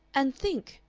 and think,